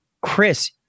chris